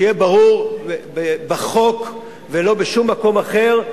שיהיה ברור בחוק, ולא בשום מקום אחר,